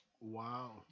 Wow